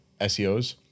seos